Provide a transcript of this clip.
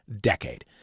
decade